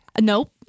Nope